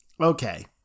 Okay